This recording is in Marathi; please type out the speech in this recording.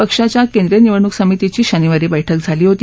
पक्षाच्या केंद्रीय निवडणूक समितीची शनिवारी बैठक झाली होती